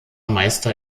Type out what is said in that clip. meister